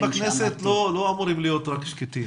הדיונים בכנסת לא אמורים להיות רק שקטים.